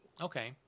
Okay